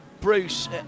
Bruce